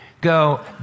go